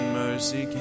mercy